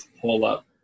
pull-up